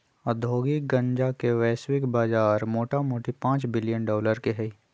औद्योगिक गन्जा के वैश्विक बजार मोटामोटी पांच बिलियन डॉलर के हइ